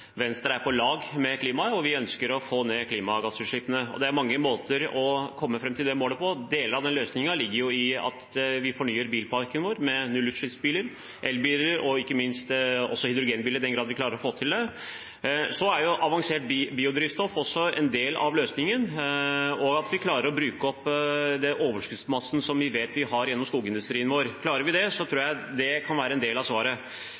Venstre er på lag med klimaet, og vi ønsker å få ned klimagassutslippene. Det er mange måter å komme fram til det målet på. Deler av løsningen ligger i at vi fornyer bilparken vår med nullutslippsbiler, elbiler og ikke minst hydrogenbiler i den grad vi klarer å få til det. Avansert biodrivstoff er også en del av løsningen – og at vi klarer å bruke opp overskuddsmassen som vi vet vi har gjennom skogsindustrien vår. Klarer vi det, tror jeg det kan være en del av svaret.